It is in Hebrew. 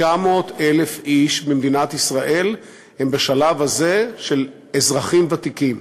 900,000 איש במדינת ישראל הם בשלב הזה של אזרחים ותיקים,